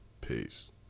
Peace